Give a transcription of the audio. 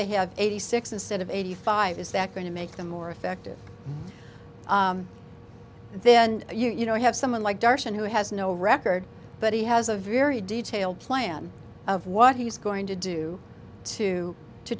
they have eighty six instead of eighty five is that going to make them more effective then you know you have someone like darshan who has no record but he has a very detailed plan of what he's going to do to to